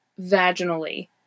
vaginally